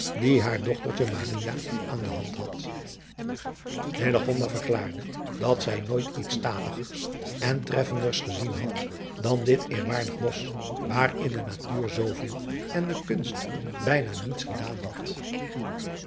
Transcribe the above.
die haar dochtertje aan de hand had verklaarde dat zij nooit iets statigers en treffenders gezien had dan dit eerwaardig osch waarin de natuur zooveel en de kunst bijna niets gedaan had